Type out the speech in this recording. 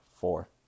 four